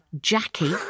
Jackie